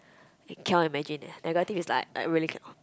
I cannot imagine eh and I got think is like I really cannot